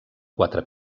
quatre